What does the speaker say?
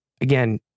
again